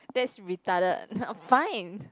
that's retarded fine